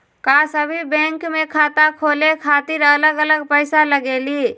का सभी बैंक में खाता खोले खातीर अलग अलग पैसा लगेलि?